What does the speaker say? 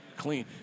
clean